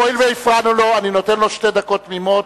הואיל והפרענו לו אני נותן לו שתי דקות תמימות.